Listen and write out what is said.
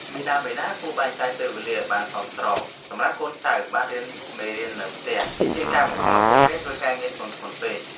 មាតាបិតាគួរតែបែងចែកពេលវេលាឱ្យបានសមស្របសម្រាប់កូនបានរៀនមេរៀននៅផ្ទះជាជាងការបង្ខំឱ្យពួកគេធ្វើការងារធ្ងន់ៗពេក។